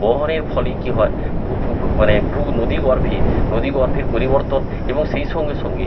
বহনের ফলেই কী হয় মানে ভূ নদীগর্ভে নদীগর্ভের পরিবর্তন এবং সেই সঙ্গে সঙ্গে